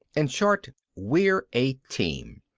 in short, we're a team.